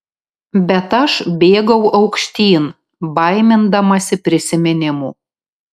bet aš bėgau aukštyn baimindamasi prisiminimų